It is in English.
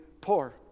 poor